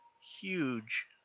huge